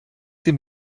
sie